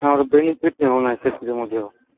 ଆମର ବେନିଫିଟ୍ ହେଉନାହିଁ ସେଥିରେ ମଧ୍ୟ